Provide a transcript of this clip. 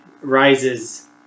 rises